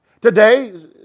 Today